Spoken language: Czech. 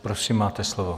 Prosím máte slovo.